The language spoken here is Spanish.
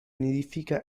nidifica